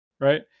right